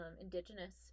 indigenous